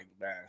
man